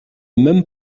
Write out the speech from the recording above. même